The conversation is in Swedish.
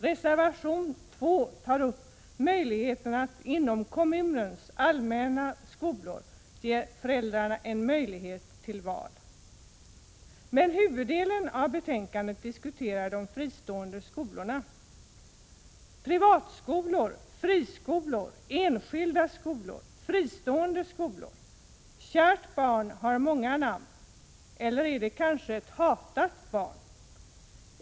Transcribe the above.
Reservation 2 tar upp möjligheten att inom kommunens allmänna skolor ge föräldrarna möjlighet till val. Men huvuddelen av betänkandet handlar om de fristående skolorna. Privata skolor, friskolor, enskilda skolor, fristående skolor — kärt barn har många namn. Eller är det kanske ett hatat barn?